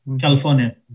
California